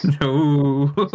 No